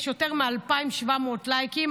יש יותר מ-2,700 לייקים.